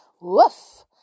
Woof